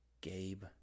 Gabe